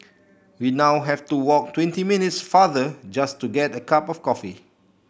we now have to walk twenty minutes farther just to get a cup of coffee